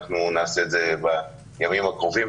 אנחנו נעשה את זה בימים הקרובים,